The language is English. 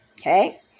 okay